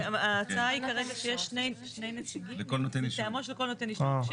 ההצעה היא כרגע שיש שני נציגים מטעמו של כל נותן אישור.